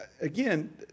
Again